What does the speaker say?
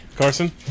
Carson